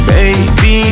Baby